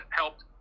helped